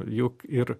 juk ir